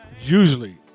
usually